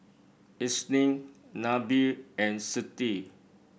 Isnin Nabil and Siti